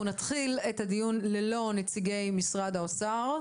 אנחנו נתחיל את הדיון ללא נציגי משרד האוצר,